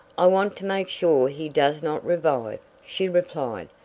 i want to make sure he does not revive, she replied,